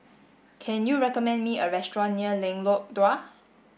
can you recommend me a restaurant near Lengkok Dua